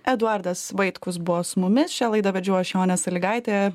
eduardas vaitkus buvo su mumis šią laidą vedžiau aš o ne salygaitė